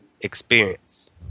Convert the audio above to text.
experience